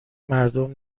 مردم